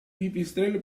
pipistrello